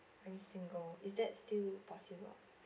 I'm single is that still possible ah